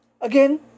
again